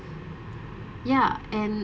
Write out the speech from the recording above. ya and